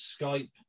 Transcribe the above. Skype